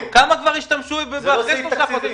כמה כבר ישתמשו בזה אחרי שלושה חודשים?